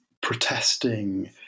protesting